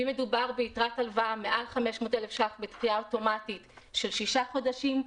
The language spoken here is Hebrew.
ואם מדובר ביתרת הלוואה מעל 500,000 ₪ בדחייה אוטומטית של שישה חודשים.